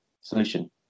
solution